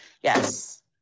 Yes